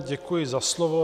Děkuji za slovo.